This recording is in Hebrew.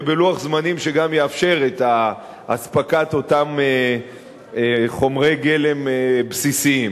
ובלוח זמנים שגם יאפשר את אספקת אותם חומרי גלם בסיסיים.